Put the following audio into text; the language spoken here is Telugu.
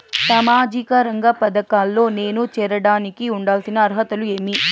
సామాజిక రంగ పథకాల్లో నేను చేరడానికి ఉండాల్సిన అర్హతలు ఏమి?